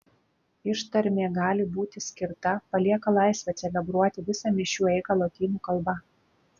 ištarmė gali būti skirta palieka laisvę celebruoti visą mišių eigą lotynų kalba